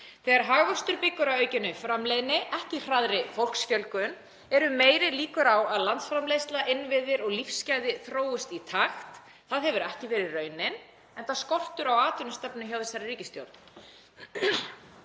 Þegar hagvöxtur byggir á aukinni framleiðni, ekki hraðri fólksfjölgun, eru meiri líkur á að landsframleiðsla, innviðir og lífsgæði þróist í takt. Það hefur ekki verið raunin, enda skortur á atvinnustefnu hjá þessari ríkisstjórn.